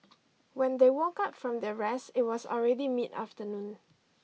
when they woke up from their rest it was already mid afternoon